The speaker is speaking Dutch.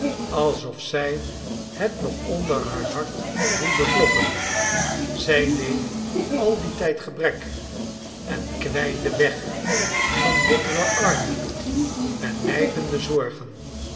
alsof zij het nog onder haar hart voelde kloppen zij leed al dien tijd gebrek en kwijnde weg van bittere armoede en nijpende zorgen